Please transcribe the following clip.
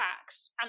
facts